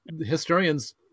historians